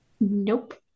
Nope